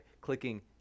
clicking